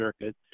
circuit